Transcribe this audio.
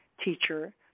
teacher